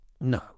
No